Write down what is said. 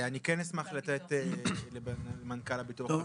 אני כן אשמח לתת למנכ"ל הביטוח הלאומי.